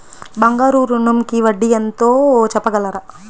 బంగారు ఋణంకి వడ్డీ ఎంతో చెప్పగలరా?